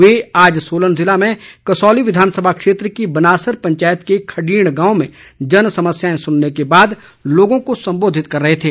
वे आज सोलन जिले में कसौली विधानसभा क्षेत्र की बनासर पंचायत के खडीण गांव में जनसमस्याएं सुनने के बाद लोगों को संबोधित कर रहे थे